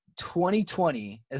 2020